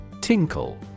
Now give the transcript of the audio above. Tinkle